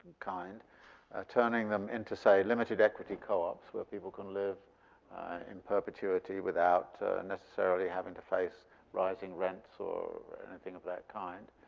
ah turning them into, say, limited equity co-ops where people can live in perpetuity without necessarily having to face rising rents, or anything of that kind.